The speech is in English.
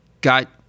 got